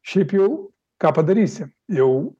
šiaip jau ką padarysi jau